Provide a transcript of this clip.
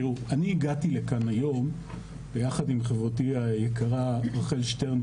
אני הגעתי לכאן היום ביחד עם חברתי היקרה רחל שטרן,